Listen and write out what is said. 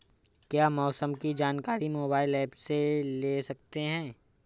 क्या मौसम की जानकारी मोबाइल ऐप से ले सकते हैं?